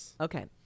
Okay